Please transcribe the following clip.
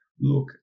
Look